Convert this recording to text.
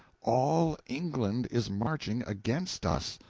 all england is marching against us!